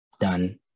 done